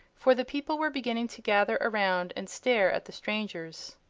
for the people were beginning to gather around and stare at the strangers.